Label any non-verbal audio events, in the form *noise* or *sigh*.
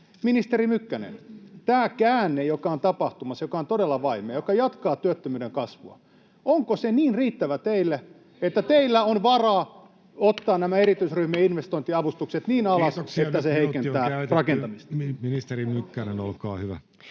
Ministeri Mykkänen, onko tämä ”käänne”, joka on tapahtumassa, joka on todella vaimea, joka jatkaa työttömyyden kasvua, niin riittävä teille, että teillä on varaa *noise* ottaa nämä [Jenna Simula: Yliaikaa!] erityisryhmien investointiavustukset niin alas, että se heikentää rakentamista? Kiitoksia. Nyt minuutti on käytetty. — Ministeri Mykkänen, olkaa hyvä.